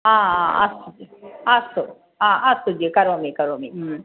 हा अस्तु जि अस्तु हा अस्तु जि करोमि करोमि